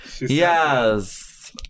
Yes